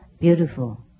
beautiful